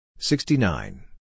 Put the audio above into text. Sixty-nine